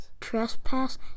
trespass